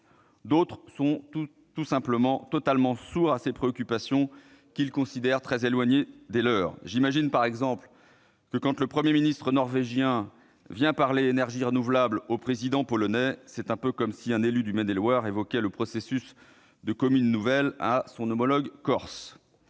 D'autres restent tout simplement sourds à ces préoccupations, qu'ils considèrent comme très éloignées des leurs. Par exemple, quand le Premier ministre norvégien vient parler énergies renouvelables au président polonais, c'est un peu comme si un élu de Maine-et-Loire évoquait le processus de création des communes nouvelles avec un homologue corse